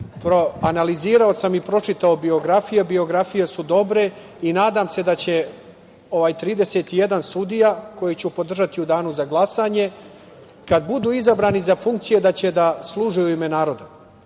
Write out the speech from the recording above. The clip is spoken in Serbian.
funkciju. Analizirao sam i pročitao biografije. Biografije su dobre i nadam se da će ovaj 31 sudija kojeg ću podržati u danu za glasanje, kada budu izabrani za funkcije da će da služe u ime naroda.